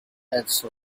and